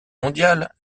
mondiale